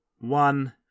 one